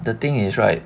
the thing is right